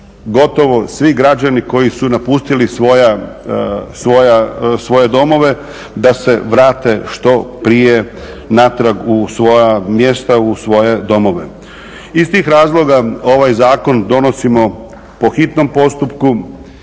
gotovo svi građani koji su napustili svoje domove da se vrate što prije natrag u svoja mjesta, u svoje domove. Iz tih razloga ovaj zakon donosimo po hitnom postupku,